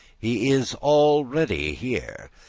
he is all ready here.